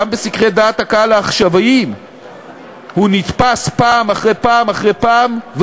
גם בסקרי דעת הקהל העכשוויים הוא נתפס פעם אחרי פעם אחרי פעם,